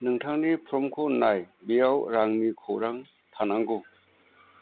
नोंथांनि फर्मखौ नाय बेयाव रांनि खौरां थानांगौ